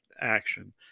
action